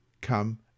Come